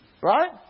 Right